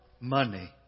money